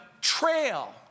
trail